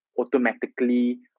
automatically